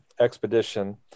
Expedition